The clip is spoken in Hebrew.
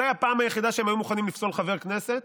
מתי הפעם היחידה שהם היו מוכנים לפסול חבר כנסת?